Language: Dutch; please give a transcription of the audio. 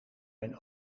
mijn